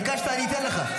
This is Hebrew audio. ביקשת, אני אתן לך.